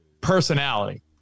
personality